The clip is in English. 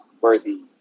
worthy